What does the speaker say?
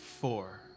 Four